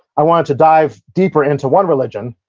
i wanted to dive deeper into one religion,